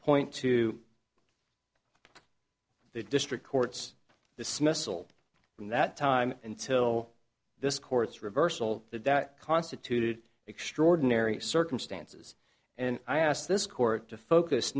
point to the district courts this missile from that time until this court's reversal that that constituted extraordinary circumstances and i ask this court to focus